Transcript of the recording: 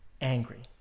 angry